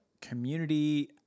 community